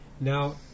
Now